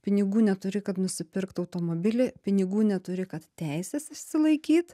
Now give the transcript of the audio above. pinigų neturi kad nusipirktų automobilį pinigų neturi kad teises išsilaikyt